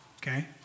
okay